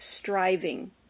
striving